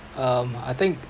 um I think